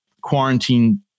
quarantine